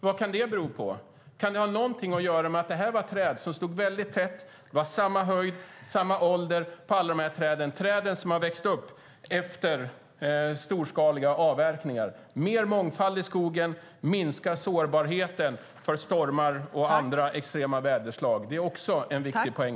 Vad kan det beror på? Kan det ha att göra med att det var träd som stod väldigt tätt, hade samma höjd och samma ålder? Det var träd som hade vuxit upp efter storskaliga avverkningar. Mer mångfald i skogen minskar sårbarheten för stormar och andra extrema väder. Det är också en viktig poäng.